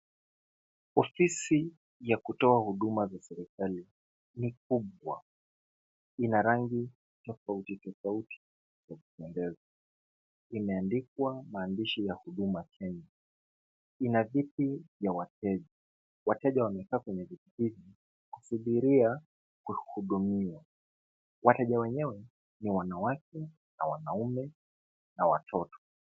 Ofisi ya kutoa huduma za serikali ni kubwa. Ina rangi tofauti tofauti za kupendeza. Imeandikwa maandishi ya Huduma Kenya. Ina viti vya wateja. Wateja wamekaa kwenye viti hivi kusubiria kuhudumiwa. Wateja wenyewe ni wanawake na wanaume na watoto.